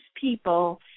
people